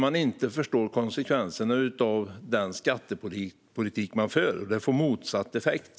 Man förstår inte konsekvenserna av den skattepolitik man för. Den får motsatt effekt.